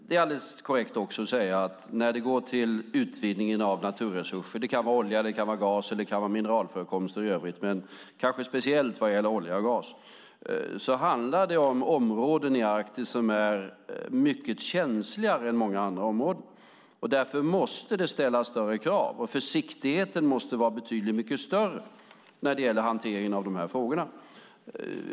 Det är också alldeles korrekt att säga att när det gäller utvinning av naturresurser, det kan vara olja, gas eller mineralförekomster i övrigt men kanske speciellt vad gäller olja och gas, handlar det om områden i Arktis som är mycket känsligare än många andra områden. Därför måste det ställas större krav och försiktigheten måste vara betydligt mycket större när det gäller hanteringen av de här frågorna.